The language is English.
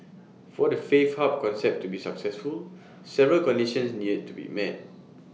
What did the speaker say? for the faith hub concept to be successful several conditions near to be met